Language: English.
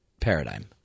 paradigm